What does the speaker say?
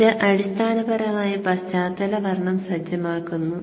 ഇത് അടിസ്ഥാനപരമായി പശ്ചാത്തല വർണ്ണം സജ്ജമാക്കുന്നു